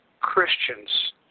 Christians